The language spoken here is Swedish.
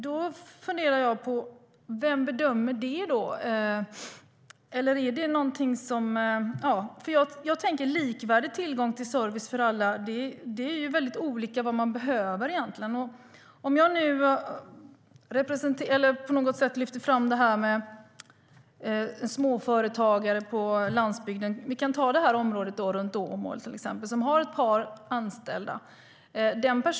Då funderar jag på vem som bedömer det. När det gäller likvärdig tillgång till service för alla är det mycket olika vad man behöver. Jag kan lyfta fram en småföretagare på landsbygden, till exempel i området runt Åmål, som har ett par anställda.